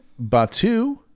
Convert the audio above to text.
Batu